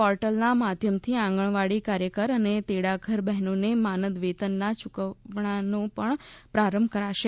પોર્ટલના માધ્યમથી આંગણવાડી કાર્યકર અને તેડાગર બહેનોને માનદવેતનના ચુકવણાનો પણ પ્રારંભ કરાશે